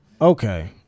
okay